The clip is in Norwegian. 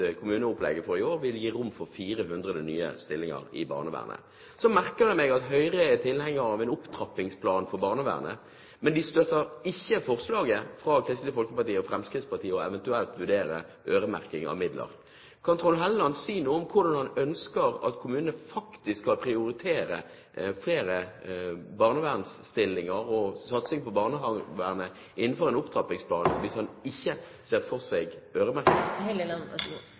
Høyre er tilhenger av en opptrappingsplan for barnevernet. Men de støtter ikke forslaget fra Kristelig Folkeparti og Fremskrittspartiet om eventuelt å vurdere øremerking av midler. Kan Trond Helleland si noe om hvordan han ønsker at kommunene faktisk skal prioritere flere barnevernsstillinger og satsing på barnevernet innenfor en opptrappingsplan hvis han ikke ser for seg øremerking? Først vil jeg si at beskrivelsen av kommunalministerens innsats for å redusere øremerkede tilskudd, forventninger og krav osv. er en god